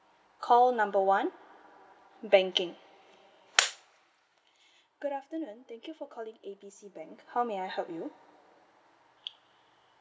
call number one banking good afternoon thank you for calling A B C bank how may I help you